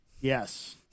Yes